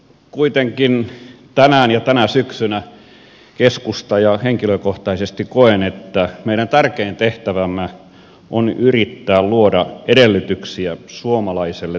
kuitenkin tänään ja tänä syksynä keskusta kokee ja henkilökohtaisesti koen että meidän tärkein tehtävämme on yrittää luoda edellytyksiä suomalaiselle työlle